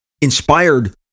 inspired